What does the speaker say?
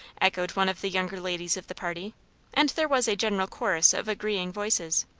echoed one of the younger ladies of the party and there was a general chorus of agreeing voices.